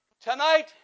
tonight